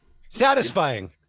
Satisfying